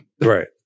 right